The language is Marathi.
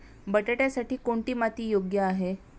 बटाट्यासाठी कोणती माती योग्य आहे?